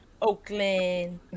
Oakland